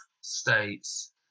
states